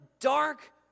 dark